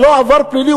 ללא עבר פלילי,